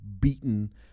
beaten